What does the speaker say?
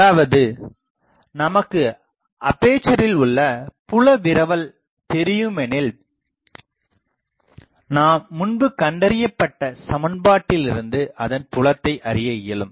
அதாவது நமக்கு அப்பேசரில் உள்ள புலவிரவல் தெரியுமெனில் நாம் முன்பு கண்டறியப்பட்ட சமன்பாட்டிலிருந்து அதன் புலத்தை அறியஇயலும்